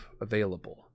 available